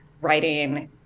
writing